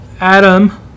Adam